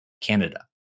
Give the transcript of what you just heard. Canada